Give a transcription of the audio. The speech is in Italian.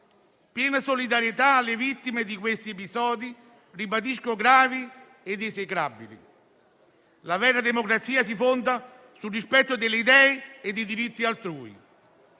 Piena solidarietà va alle vittime di questi episodi - ribadisco - gravi ed esecrabili. La vera democrazia si fonda sul rispetto delle idee e dei diritti altrui.